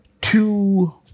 two